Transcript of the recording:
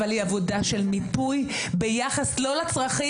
אבל היא עבודה של מיפוי ביחס למשאבים ולא לצרכים.